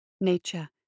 Nature